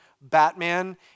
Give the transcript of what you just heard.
Batman